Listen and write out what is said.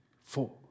four